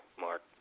Mark